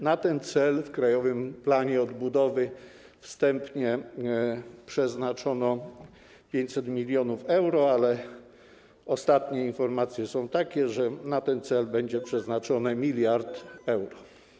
Na ten cel w krajowym planie odbudowy wstępnie przeznaczono 500 mln euro, ale ostatnie informacje są takie, że na ten cel będzie przeznaczony 1 mld euro.